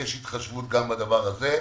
יש התחשבות גם בדבר הזה.